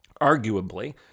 arguably